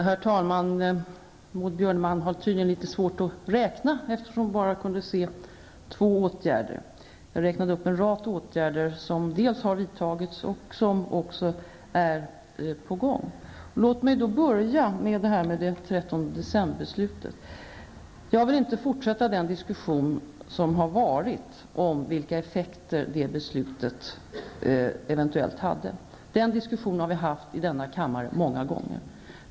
Herr talman! Maud Björnemalm har tydligen litet svårt att räkna, eftersom hon bara kunde se två åtgärder. Jag räknade upp en rad åtgärder som dels har vidtagits, dels är på gång. Låt mig börja med Maud Björnemalms fråga om 13-december-beslutet. Jag vill inte fortsätta den diskussion som har förts om vilka effekter det beslutet eventuellt hade. Den diskussionen har vi fört i denna kammare många gånger.